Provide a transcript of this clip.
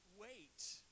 wait